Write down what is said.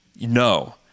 No